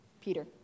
Peter